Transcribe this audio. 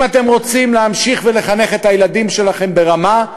אם אתם רוצים להמשיך ולחנך את הילדים שלכם ברמה,